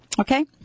Okay